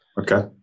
Okay